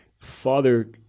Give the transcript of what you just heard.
Father